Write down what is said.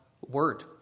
word